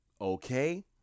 Okay